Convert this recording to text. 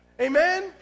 Amen